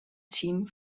team